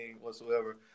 whatsoever